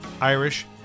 Irish